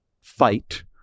fight